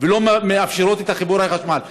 ולא מאפשרות את חיבורי החשמל,